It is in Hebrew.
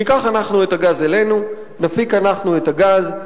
ניקח אנחנו את הגז אלינו, נפיק אנחנו את הגז.